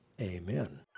amen